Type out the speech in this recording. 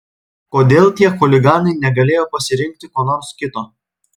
kodėl tie chuliganai negalėjo pasirinkti ko nors kito